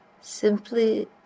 Simply